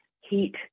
heat